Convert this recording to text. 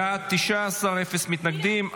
בעד, 19, אפס מתנגדים.